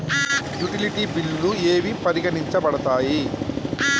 Utility బిల్లులు ఏవి పరిగణించబడతాయి?